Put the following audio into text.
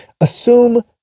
Assume